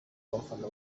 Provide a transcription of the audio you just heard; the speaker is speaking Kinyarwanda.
bafana